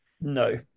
No